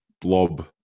blob